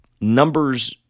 numbers